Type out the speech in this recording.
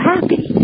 happy